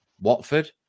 Watford